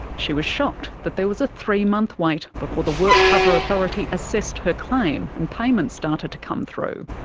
she was shocked that there was a three-month wait before the workcover authority assessed her claim and payments started to come through.